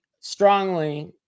strongly